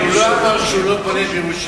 הוא לא אמר שהוא לא בונה בירושלים.